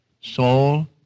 soul